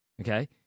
Okay